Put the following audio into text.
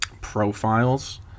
profiles